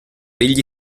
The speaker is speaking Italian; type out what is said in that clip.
egli